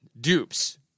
Dupes